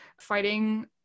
fighting